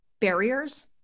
barriers